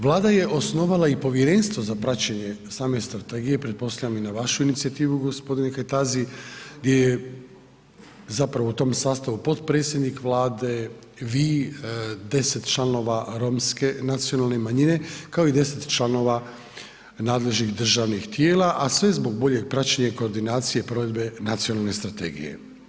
Vlada je osnovala i Povjerenstvo za praćenje same Strategije, pretpostavljam i na vašu inicijativu gospodine Kajtazi, gdje je, zapravo u tom sastavu potpredsjednik Vlade, vi, deset članova romske nacionalne manjine, kao i deset članova nadležnih državnih tijela, a sve zbog boljeg praćenja i koordinacije provedbe Nacionalne strategije.